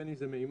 בין אם זה מימן.